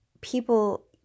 people